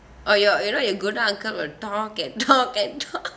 oh your you know your gordon uncle would talk and talk and talk